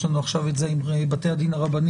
יש לנו עכשיו את זה עם בתי הדין הרבניים.